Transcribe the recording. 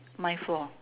mine four